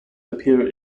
appear